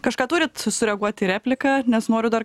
kažką turit sureaguoti į repliką nes noriu dar